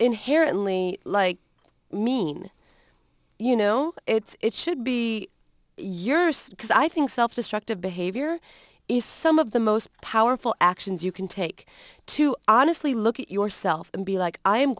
inherently like mean you know it's should be yours because i think self destructive behavior is some of the most powerful actions you can take to honestly look at yourself and be like i